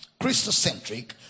Christocentric